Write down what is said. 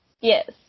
Yes